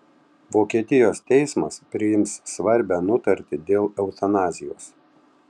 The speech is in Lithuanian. vokietijos teismas priims svarbią nutartį dėl eutanazijos